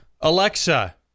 Alexa